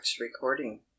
recording